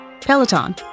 Peloton